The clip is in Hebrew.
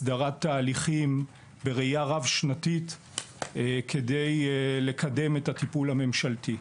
הסדרת תהליכים וראייה רב-שנתית כדי לקדם את הטיפול הממשלתי.